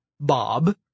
Bob